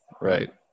Right